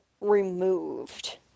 removed